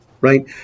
right